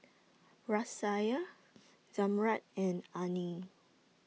Raisya Zamrud and Aina